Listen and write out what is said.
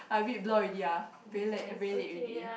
I a bit blur already ah very late very late already